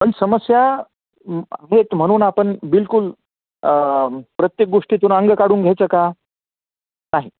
पण समस्या आहेत म्हणून आपण बिलकुल प्रत्येक गोष्टीतून अंग काढून घ्यायचं का नाही